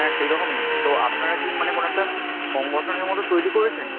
হ্যাঁ সেইরকমই তো আপনারা কী মানে কোনো একটা সংগঠনের মতো তৈরি করেছেন